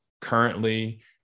currently